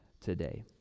today